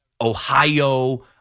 Ohio